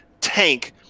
tank